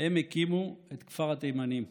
הקימו את כפר התימנים.